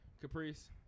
Caprice